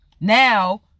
Now